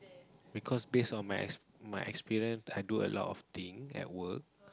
because based on my my experience i do a lot of thing at work